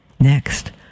Next